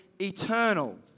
eternal